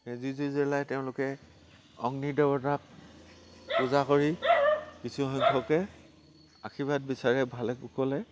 মেজি জুই জ্বলাই তেওঁলোকে অগ্নি দেৱতাক পূজা কৰি কিছুসংখ্যকে আশীৰ্বাদ বিচাৰে ভালে কুশলে